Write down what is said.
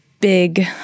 big